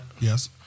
Yes